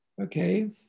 Okay